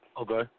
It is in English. Okay